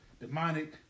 demonic